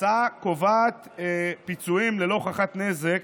ההצעה קובעת פיצויים ללא הוכחת נזק